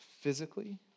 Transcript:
physically